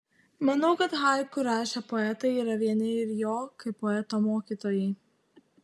manau kad haiku rašę poetai yra vieni ir jo kaip poeto mokytojai